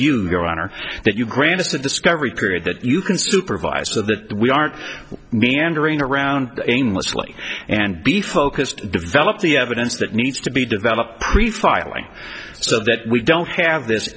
e your honor that you grandest of discovery period that you can supervise so that we aren't meandering around aimlessly and be focused develop the evidence that needs to be developed pre filing so that we don't have this